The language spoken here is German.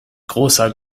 großer